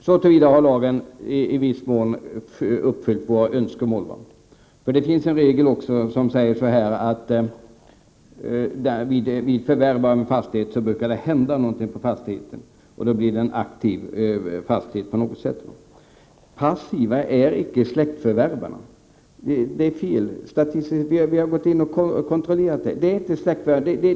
Så till 16 november 1988 vida har lagändringen uppfyllt våra önskemål. Det finns också en regel som säger att det vid försäljning av en fastighet brukar hända någonting på fastigheten, och då blir det en på något sätt aktiv fastighet. Passiva är icke släktförvärvarna. Vi har kontrollerat det.